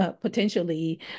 potentially